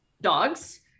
dogs